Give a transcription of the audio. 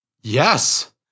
Yes